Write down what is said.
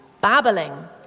babbling